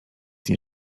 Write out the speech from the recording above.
nie